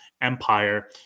empire